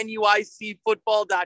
NUICfootball.com